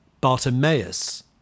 Bartimaeus